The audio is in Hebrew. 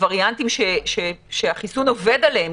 הווריאנטים שהחיסון עובד עליהם,